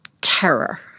terror